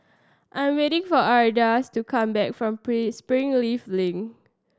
I'm waiting for Ardis to come back from Springleaf Link